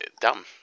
dumb